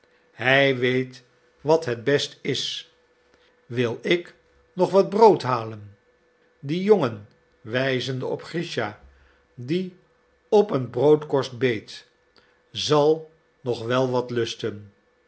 hij weet wat het best is wil ik nog wat brood halen die jongen wijzende op grischa die op een broodkorst beet zal nog wel wat lusten